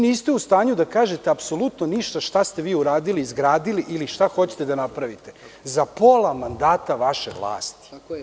Niste u stanju da kažete apsolutno ništa šta ste izgradili ili šta hoćete da napravite, za pola mandata vaše vlasti.